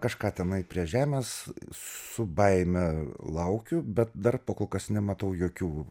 kažką tenai prie žemės su baime laukiu bet dar kol kas nematau jokių